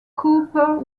cooper